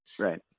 right